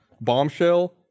Bombshell